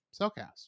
cellcast